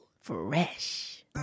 Fresh